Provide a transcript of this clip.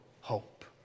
hope